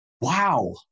Wow